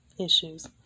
issues